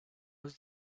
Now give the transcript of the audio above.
was